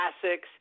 classics